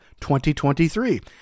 2023